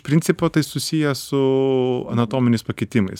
principo tai susiję su anatominiais pakitimais